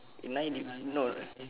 in nine due no lah